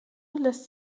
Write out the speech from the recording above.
lässt